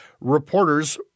reporters